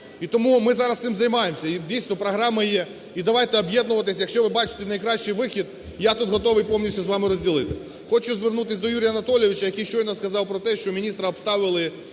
І тому ми зараз цим займаємося. І, дійсно, і програма є. І давайте об'єднуватись. Якщо ви бачите найкращий вихід, я тут готовий повністю з вами розділити. Хочу звернутись до Юрія Анатолійовича, який щойно сказав про те, що міністра обставили